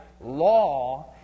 law